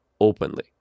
openly